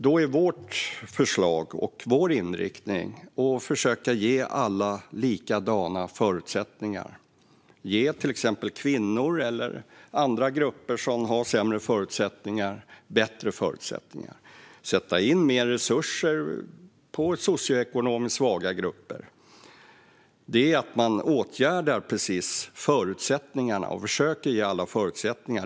Då är vårt förslag och vår inriktning att försöka ge alla likadana förutsättningar - att ge till exempel kvinnor eller andra grupper som har sämre förutsättningar bättre förutsättningar, att sätta in mer resurser på socioekonomiskt svaga grupper. Det är att åtgärda förutsättningarna och försöka ge alla samma förutsättningar.